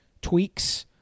tweaks